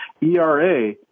ERA